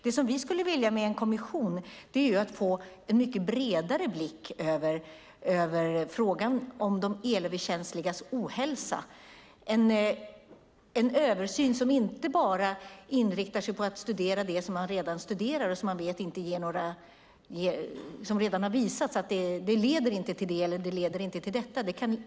Det som vi skulle vilja med en kommission är att få en mycket bredare blick över frågan om de elöverkänsligas ohälsa, en översyn som inte bara inriktar sig på att studera det som man redan studerar och där man redan har visat att det inte leder till det eller det.